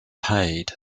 paid